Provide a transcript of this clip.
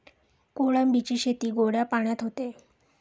कोळंबीची शेती गोड्या पाण्यात होते